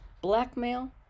Blackmail